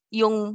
yung